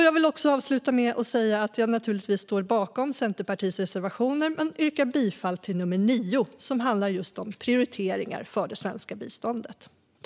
Jag vill avsluta med att säga att jag naturligtvis står bakom Centerpartiets reservationer men yrkar bifall endast till reservation nummer 9, som handlar om just prioriteringar för det svenska biståndet.